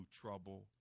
trouble